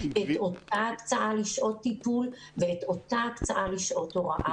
את אותה ההקצאה לשעות טיפול ואת אותה ההקצאה לשעות הוראה מתקנת.